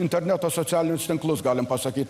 interneto socialinius tinklus galim pasakyt